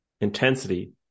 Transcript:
intensity